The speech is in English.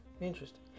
Interesting